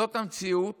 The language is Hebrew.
זאת המציאות